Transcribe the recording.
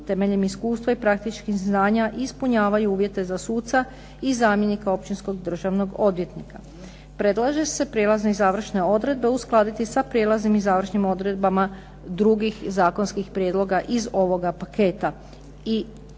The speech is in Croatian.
temeljem iskustva i praktičkih znanja ispunjavaju uvjete za suca, i zamjenika općinskog državnog odvjetnika. Predlaže se prijelazne i završne odredbe uskladiti sa prijelaznim i završnim odredbama drugih zakonskih prijedloga iz ovoga paketa, i